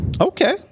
okay